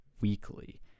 weekly